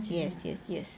yes yes yes